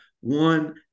one